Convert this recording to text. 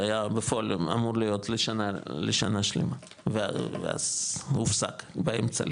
זה היה בפועל היה אמור להיות לשנה שלמה ואז הופסק באמצע,